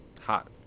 hot